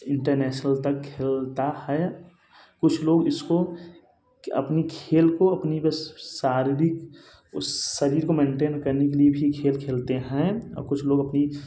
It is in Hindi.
इंटरनेशनल तक खेलता है कुछ लोग इसको अपनी खेल को अपने शारीरिक उस शरीर को मैन्टैन करने के लिए भी खेल खेलते हैं और कुछ लोग अपने